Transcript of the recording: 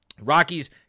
Rockies